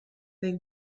they